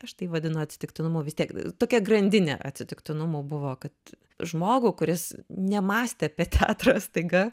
aš tai vadinu atsitiktinumu vis tiek tokia grandinė atsitiktinumų buvo kad žmogų kuris nemąstė apie teatrą staiga